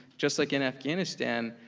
just like in afghanistan,